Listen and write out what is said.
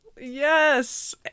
Yes